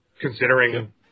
considering